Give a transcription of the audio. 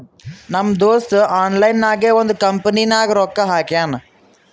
ನಮ್ ದೋಸ್ತ ಆನ್ಲೈನ್ ನಾಗೆ ಒಂದ್ ಕಂಪನಿನಾಗ್ ರೊಕ್ಕಾ ಹಾಕ್ಯಾನ್